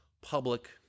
public